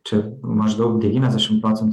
čia maždaug devyniasdešim procentų